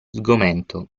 sgomento